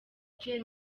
pierre